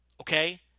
Okay